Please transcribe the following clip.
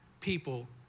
people